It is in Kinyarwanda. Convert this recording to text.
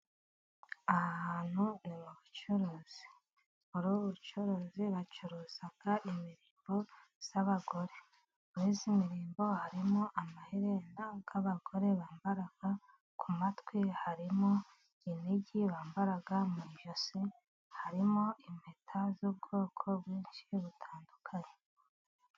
Aha hantu ni ubucuruzi ,muri ubu bucuruzi bacuruza imirimbo y'abagore. Muri iyi mirimbo harimo amaherena y'abagore bambaraga ku matwi, harimo inigi bambara mu ijosi, harimo impeta z'ubwoko bwinshi butandukanye.